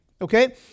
okay